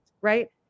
right